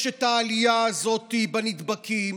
יש את העלייה הזאת בנדבקים,